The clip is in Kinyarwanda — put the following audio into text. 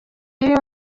y’uyu